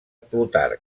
plutarc